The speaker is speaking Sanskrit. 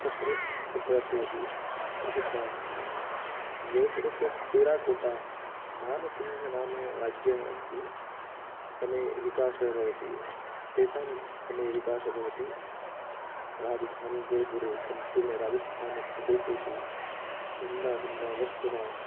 तत्र प्रदर्शयति प्रसिद्धा अस्ति जयपुरस्य टेराकोटा मानसिङ्घ् नाम राज्ञः अस्ति समये विकासः भवति तेषा समये विकासः भवति राजधानी जयपुरे सम्पूर्णराजस्थानप्रदेशेषु भिन्नभिन्नवस्तुना